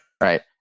Right